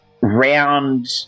round